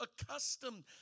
accustomed